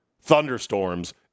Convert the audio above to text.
thunderstorms